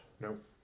Nope